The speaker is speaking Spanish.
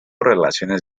relaciones